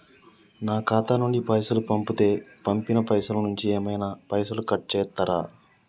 నా ఖాతా నుండి పైసలు పంపుతే పంపిన పైసల నుంచి ఏమైనా పైసలు కట్ చేత్తరా?